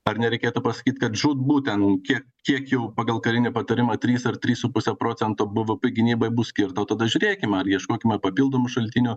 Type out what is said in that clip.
ar nereikėtų pasakyt kad žūtbūt ten kiek kiek jau pagal karinį patarimą trys ar trys su puse procento b v p gynybai bus skirta o tada žiūrėkime ar ieškokime papildomų šaltinių